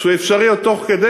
שהוא אפשרי או תוך כדי,